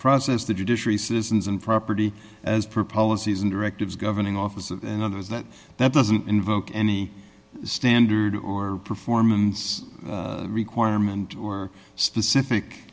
process the judiciary citizens and property as per policies and directives governing officers and others that that doesn't invoke any standard or performance requirement or specific